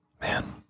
Man